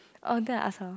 oh then I ask her